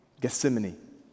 Gethsemane